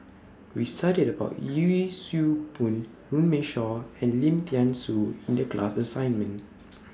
We studied about Yee Siew Pun Runme Shaw and Lim Thean Soo in The class assignment